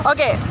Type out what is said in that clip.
Okay